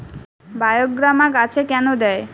বায়োগ্রামা গাছে কেন দেয়?